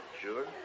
Sure